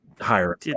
higher